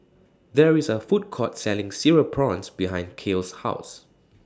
There IS A Food Court Selling Cereal Prawns behind Cael's House